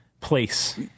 place